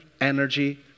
energy